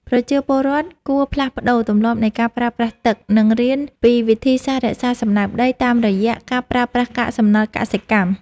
ប្រជាពលរដ្ឋគួរផ្លាស់ប្តូរទម្លាប់នៃការប្រើប្រាស់ទឹក និងរៀនពីវិធីសាស្ត្ររក្សាសំណើមដីតាមរយៈការប្រើប្រាស់កាកសំណល់កសិកម្ម។